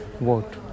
vote